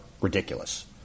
ridiculous